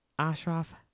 Ashraf